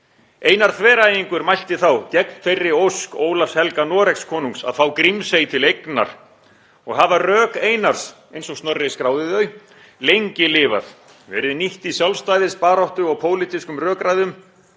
Einar Þveræingur mælti þá gegn þeirri ósk Ólafs helga Noregskonungs að fá Grímsey til eignar og hafa rök Einars eins og Snorri skráði þau lengi lifað, verið nýtt í sjálfstæðisbaráttu og pólitískum rökræðum;